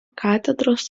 katedros